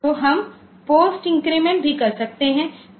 तो हम post increment भी कर सकते हैं